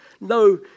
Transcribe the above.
no